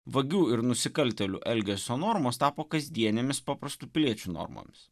vagių ir nusikaltėlių elgesio normos tapo kasdienėmis paprastų piliečių normomis